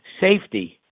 safety